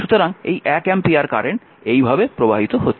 সুতরাং এই এক অ্যাম্পিয়ার কারেন্ট এভাবে প্রবাহিত হচ্ছে